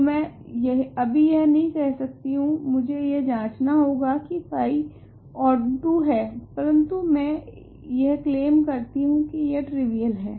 तो मैं अभी यह नहीं कह सकती हूँ मुझे यह जाँचना होगा की फाई ओंटो है परंतु मैं यह क्लैम करती हूँ की यह ट्रिवियल है